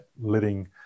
letting